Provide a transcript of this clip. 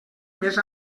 més